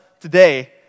today